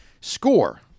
Score